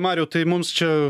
mariau tai mums čia